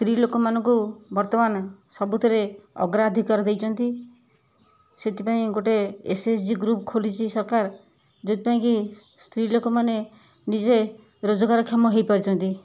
ସ୍ତ୍ରୀ ଲୋକମାନଙ୍କୁ ବର୍ତ୍ତମାନ ସବୁଥିରେ ଅଗ୍ରାଧିକାର ଦେଇଛନ୍ତି ସେଇଥି ପାଇଁ ଗୋଟେ ଏସ୍ ଏଚ୍ ଜି ଗ୍ରୁପ ଖୋଲିଛି ସରକାର ଯେଉଁଥି ପାଇଁ କି ସ୍ତ୍ରୀ ଲୋକମାନେ ନିଜେ ରୋଜଗାର କ୍ଷମ ହେଇ ପାରିଛନ୍ତି